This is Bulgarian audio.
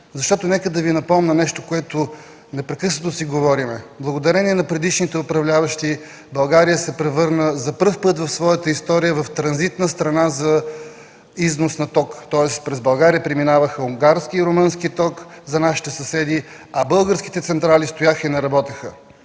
износ. Нека да Ви напомня нещо, което непрекъснато си говорим. Благодарение на предишните управляващи България за пръв път в своята история се превърна в транзитна страна за износ на ток, тоест през България преминаваха унгарски и румънски ток за нашите съседи, а българските централи стояха и не работеха.